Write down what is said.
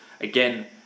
again